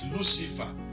Lucifer